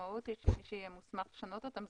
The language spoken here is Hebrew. המשמעות היא שמי שיהיה מוסמך לשנות אותם,